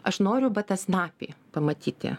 aš noriu batasnapį pamatyti